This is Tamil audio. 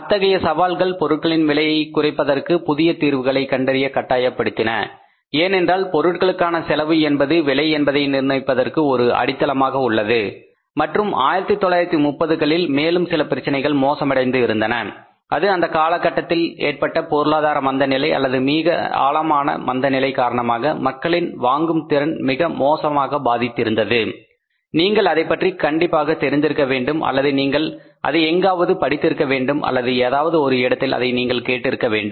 அத்தகைய சவால்கள் பொருட்களின் விலையை குறைப்பதற்கான புதிய தீர்வுகளை கண்டறிய கட்டாயப்படுத்தின ஏனென்றால் பொருட்களுக்கான செலவு என்பது விலை என்பதை நிர்ணயிப்பதற்கு ஒரு அடித்தளமாக உள்ளது மற்றும் 1930களில் மேலும் சில பிரச்சனைகள் மோசமடைந்து இருந்தன அது அந்தக் காலத்தில் ஏற்பட்ட பொருளாதார மந்த நிலை அல்லது மிக ஆழமான மந்த நிலை காரணமாக மக்களின் வாங்கும் திறனை மிக மோசமாக பாதித்திருந்தது நீங்கள் அதைப் பற்றி கண்டிப்பாக தெரிந்திருக்க வேண்டும் அல்லது நீங்கள் அதை எங்காவது படித்திருக்க வேண்டும் அல்லது ஏதாவது ஒரு இடத்தில் அதை நீங்கள் கேட்டிருக்க வேண்டும்